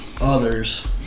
others